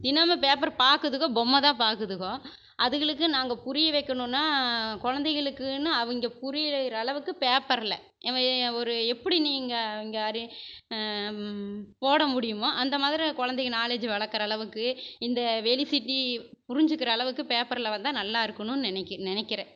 தினமும் பேப்பர் பார்க்குதுக பொம்மைதான் பார்க்குதுக அதுகளுக்கு நாங்கள் புரிய வைக்கணுன்னா கொழந்தைகளுக்குன்னு அவங்க புரிகிறளவுக்கு பேப்பரில் ஒரு எப்படி நீங்கள் இங்கு இங்காரு போடமுடியுமோ அந்த மாதிரி கொழந்தைக நாலேஜு வளர்க்குற அளவுக்கு இந்த வெளி சிட்டி புரிஞ்சுக்கிற அளவுக்கு பேப்பரில் வந்தால் நல்லா இருக்குணும்னு நினக்கி நினக்கிறேன்